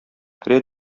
керә